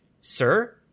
sir